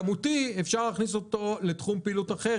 הכמותית אפשר להכניס אותו לתחום פעילות אחר,